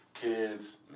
Kids